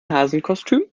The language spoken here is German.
hasenkostüm